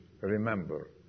Remember